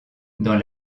dans